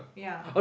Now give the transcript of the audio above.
ya